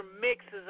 mixes